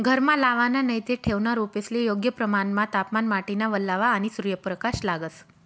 घरमा लावाना नैते ठेवना रोपेस्ले योग्य प्रमाणमा तापमान, माटीना वल्लावा, आणि सूर्यप्रकाश लागस